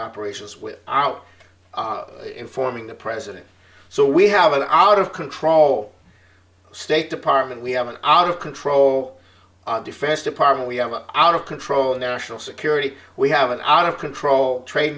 operations with out informing the president so we have an out of control state department we have an out of control defense department we are out of control national security we have an out of control tra